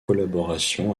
collaboration